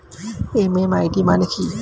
MMID মানে কি?